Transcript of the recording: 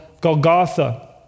Golgotha